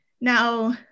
Now